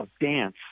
dance